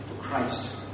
Christ